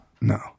No